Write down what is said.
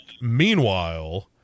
meanwhile